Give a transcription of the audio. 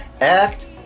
act